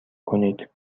کنید